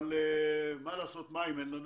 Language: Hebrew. מה לעשות, המספרים מדברים בעד